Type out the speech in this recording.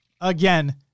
again